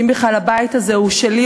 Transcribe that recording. ואם בכלל הבית הזה הוא שלי,